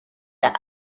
der